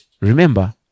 Remember